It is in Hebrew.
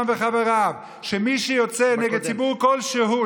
וחבריו שמי שיוצא נגד ציבור כלשהו,